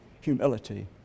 humility